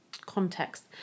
context